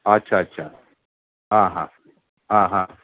अच्छा अच्छा हां हां हां हां